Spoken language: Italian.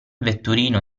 vetturino